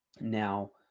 now